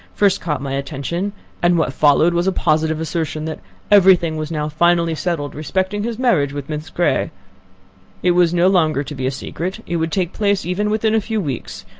first caught my attention and what followed was a positive assertion that every thing was now finally settled respecting his marriage with miss grey it was no longer to be a secret it would take place even within a few weeks,